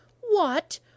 What